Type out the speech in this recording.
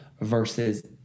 Versus